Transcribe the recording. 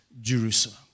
Jerusalem